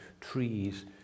trees